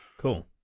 cool